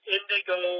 Indigo